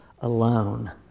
alone